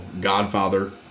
godfather